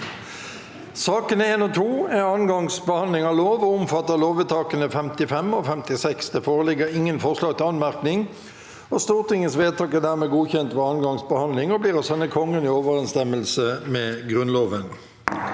Sakene nr. 1–2 er andre gangs behand- ling av lover og gjelder lovvedtakene 55 og 56. Det foreligger ingen forslag til anmerkning. Stortingets lovvedtak er dermed godkjent ved andre gangs behandling og blir å sende Kongen i overensstemmelse med Grunnloven.